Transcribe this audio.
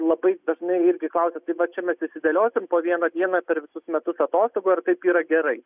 labai dažnai irgi klausia tai vat čia mes išsidėliosime po vieną dieną per visus metus atostogų ar taip yra gerai